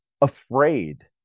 afraid